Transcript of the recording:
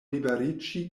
liberiĝi